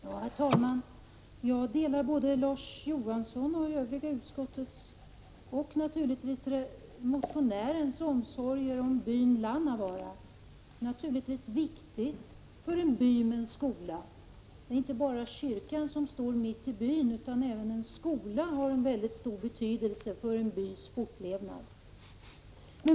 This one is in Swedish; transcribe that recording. Herr talman! Jag delar både Larz Johanssons, övriga utskottsledamöters och motionärens omsorger om byn Lannavaara. Det är naturligtvis viktigt för en by att ha en skola. Det är inte bara kyrkan som står mitt i byn, utan även skolan har en stor betydelse för en bys fortlevnad.